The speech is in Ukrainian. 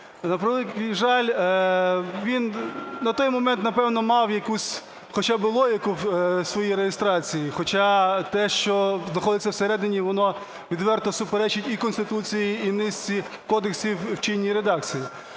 На превеликий жаль, він на той момент, напевне, мав якусь хоча би логіку в своїй реєстрації, хоча те, що знаходиться всередині, воно відверто суперечить і Конституції, і низці кодексів в чинній редакції.